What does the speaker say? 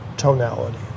Tonality